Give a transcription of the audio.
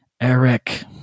Eric